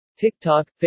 TikTok